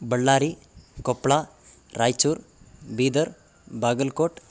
Ballari Koppal Raichur Bidar Bagalkot